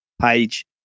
page